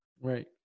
Right